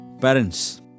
Parents